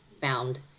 found